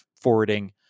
forwarding